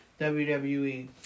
WWE